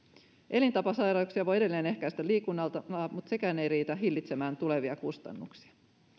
elintapasairauksia voi edelleen ehkäistä liikunnalla mutta sekään ei riitä hillitsemään tulevia kustannuksia